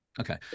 okay